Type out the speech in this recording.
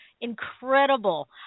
incredible